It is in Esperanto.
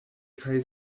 kaj